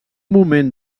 moment